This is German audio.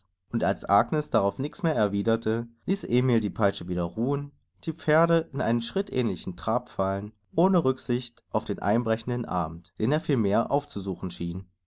und als agnes darauf nichts mehr erwiderte ließ emil die peitsche wieder ruhen die pferde in einen schrittähnlichen trab fallen ohne rücksicht auf den einbrechenden abend den er viel mehr aufzusuchen schien